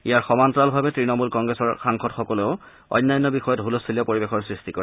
ইয়াৰ সমান্তৰালভাৱে তৃণমূল কংগ্ৰেছৰ সাংসদসকলেও অন্যান্য বিষয়ত হুলস্থূলীয়া পৰিৱেশৰ সৃষ্টি কৰে